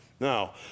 Now